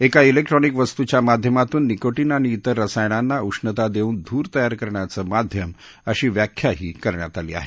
एका क्रिक्ट्रॉनिक वस्तूच्या माध्यमातून निकोटीन आणि क्रिर रसायनांना उष्णता देऊन धूर तयार करणारं माध्यम अशी व्याख्याही करण्यात आली आहे